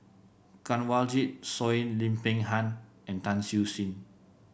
Kanwaljit Soin Lim Peng Han and Tan Siew Sin